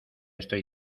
estoy